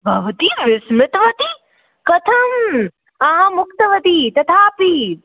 भवती विस्मृतवती कथम् अहम् उक्तवती तथापि